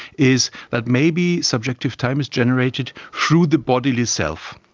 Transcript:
is that maybe subjective time is generated through the bodily self.